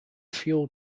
fuel